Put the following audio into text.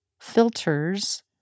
filters